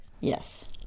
Yes